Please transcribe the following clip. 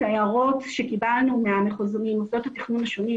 ההערות שקיבלנו ממוסדות התכנון השונים,